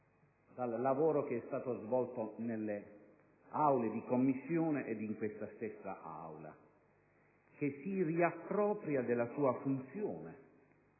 dal lavoro svolto nelle aule di Commissione e in questa stessa Aula, che si riappropria della sua funzione: